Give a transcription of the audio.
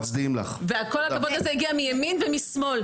זה בכלל היה מחוץ לחוק להניף את דגל אש"ף